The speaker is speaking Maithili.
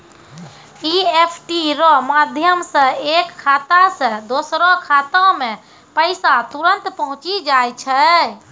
ई.एफ.टी रो माध्यम से एक खाता से दोसरो खातामे पैसा तुरंत पहुंचि जाय छै